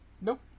Nope